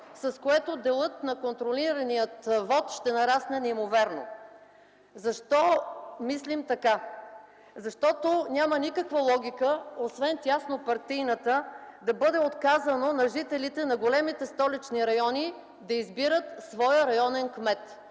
с което делът на контролирания вот ще нарасне неимоверно. Защо мислим така? Защото няма никаква логика, освен теснопартийната, да бъде отказано на жителите на големите столични райони да избират своя районен кмет.